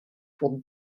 pour